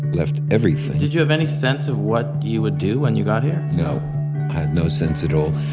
left everything did you have any sense of what you would do when you got here? no, i had no sense at all.